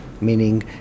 meaning